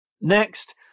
Next